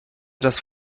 das